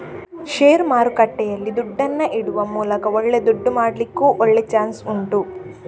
ಷೇರು ಮಾರುಕಟ್ಟೆಯಲ್ಲಿ ದುಡ್ಡನ್ನ ಇಡುವ ಮೂಲಕ ಒಳ್ಳೆ ದುಡ್ಡು ಮಾಡ್ಲಿಕ್ಕೂ ಒಳ್ಳೆ ಚಾನ್ಸ್ ಉಂಟು